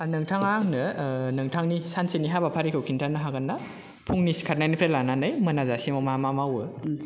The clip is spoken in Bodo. नोंथाङा आंनो नोंथांनि सानसेनि हाबाफारिखौ खिनथानो हागोनना फुंनि सिखारनायनिफ्राय लानानै मोनाजासिमाव मा मा मावो